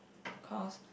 cause